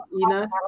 Ina